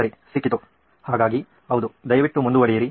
ಸರಿ ಸಿಕ್ಕಿತು ಹಾಗಾಗಿ ಹೌದು ದಯವಿಟ್ಟು ಮುಂದುವರಿಯಿರಿ